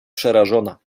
przerażona